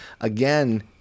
again